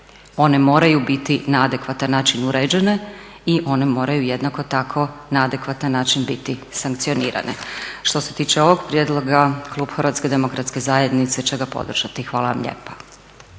one moraju biti na adekvatan način uređene i one moraju jednako tako na adekvatan način biti sankcioniranje. Što se tiče ovog prijedloga klub Hrvatske demokratske zajednice će ga podržati. Hvala vam lijepa.